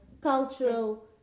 cultural